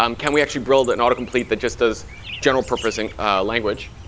um can we actually build an autocomplete that just does general purpose and language?